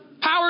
power